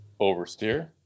oversteer